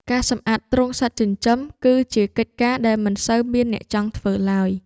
ការសម្អាតទ្រុងសត្វចិញ្ចឹម គឺជាកិច្ចការដែលមិនសូវមានអ្នកចង់ធ្វើឡើយ។